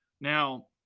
Now